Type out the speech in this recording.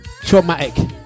traumatic